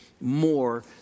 more